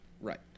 Right